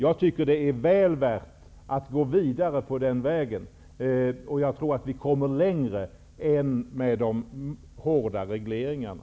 Jag tycker att det är väl värt att gå vidare på den vägen. Jag tror att vi den vägen kommer längre än med de hårda regleringarna.